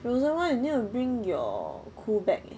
frozen [one] you need to bring your cool bag eh